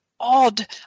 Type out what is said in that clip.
odd